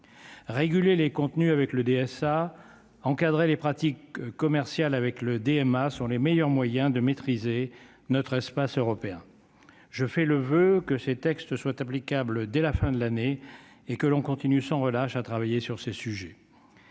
réguler les contenus avec le DSA, encadrer les pratiques commerciales avec le DMA sur les meilleurs moyens de maîtriser notre espace européen, je fais le voeu que ces textes soient applicables dès la fin de l'année et que l'on continue sans relâche à travailler sur ces sujets.